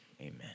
Amen